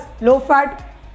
low-fat